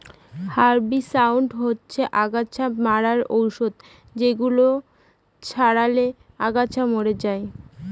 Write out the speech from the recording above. herbicide হচ্ছে অগাছা মারার ঔষধ যেগুলো ছড়ালে আগাছা মরে যায়